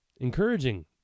encouraging